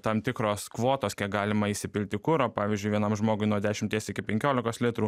tam tikros kvotos kiek galima įsipilti kuro pavyzdžiui vienam žmogui nuo dešimties iki penkiolikos litrų